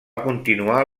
continuar